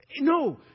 No